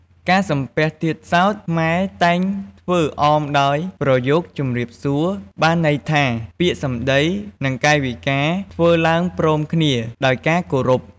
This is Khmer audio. ការសំពះទៀតសោត ខ្មែរតែងធ្វើអមដោយប្រយោគជម្រាបសួរ បានន័យថា ពាក្យសម្តីនិងកាយវិការធ្វើឡើងព្រមគ្នាដោយការគោរព ។